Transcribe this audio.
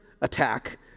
attack